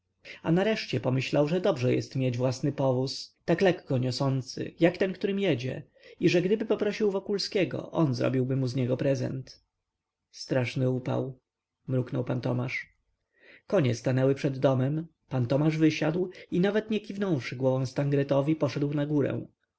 a nareszcie pomyślał że dobrze jest mieć własny powóz tak lekko niosący jak ten którym jedzie i że gdyby poprosił wokulskiego on zrobiłby mu z niego prezent straszny upał mruknął pan tomasz konie stanęły przed domem pan tomasz wysiadł i nawet nie kiwnąwszy głową stangretowi poszedł na górę